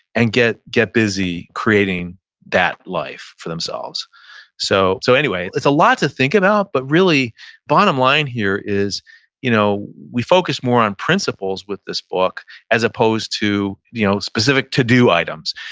and get get busy creating that life for themselves so so anyway, it's a lot to think about. but really bottom line here is you know we focus more on principles with this book as opposed to you know specific to do items.